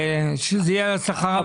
שזה יהיה השכר הממוצע,